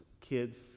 Kids